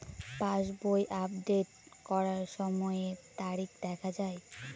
পাসবই update করার সময়ে তারিখ দেখা য়ায়?